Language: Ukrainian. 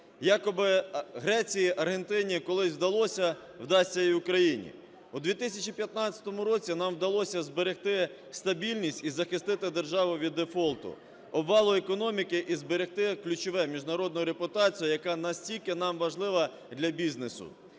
Якоби Греції, Аргентині колись вдалося, вдасться і Україні. У 2015 році нам вдалося зберегти стабільність і захистити державу від дефолту, обвалу економіки і зберегти ключове – міжнародну репутацію, яка настільки нам важлива для бізнесу.